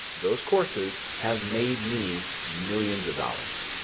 those courses have made me millions of dollars.